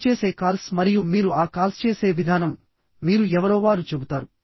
మీరు చేసే కాల్స్ మరియు మీరు ఆ కాల్స్ చేసే విధానంమీరు ఎవరో వారు చెబుతారు